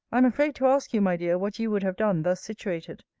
i am afraid to ask you, my dear, what you would have done, thus situated.